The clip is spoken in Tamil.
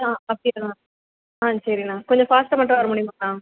ஆ அப்படியாண்ணா ஆ சரி அண்ணா கொஞ்சம் ஃபாஸ்ட்டாக மட்டும் வர முடியுமா அண்ணா